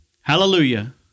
Hallelujah